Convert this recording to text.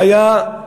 חיה,